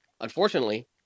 Unfortunately